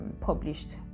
published